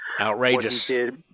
Outrageous